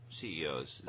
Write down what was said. CEOs